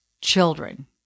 children